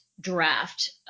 draft